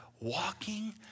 walking